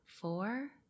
four